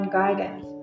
guidance